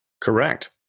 Correct